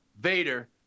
Vader